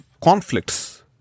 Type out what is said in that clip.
conflicts